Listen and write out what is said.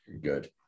Good